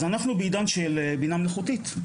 אנחנו בעידן של בינה מלאכותית,